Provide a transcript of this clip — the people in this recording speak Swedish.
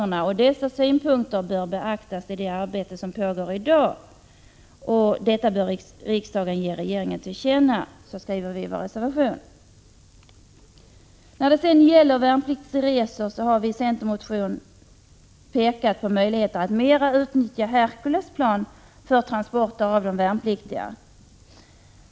Vi skriver i vår reservation att dessa synpunkter bör beaktas i det arbete som nu pågår och att riksdagen bör regeringen detta till känna. När det sedan gäller de värnpliktigas resor har vi i en centermotion pekat på möjligheterna att mera utnyttja Herculesplan för transporter av de värnpliktiga.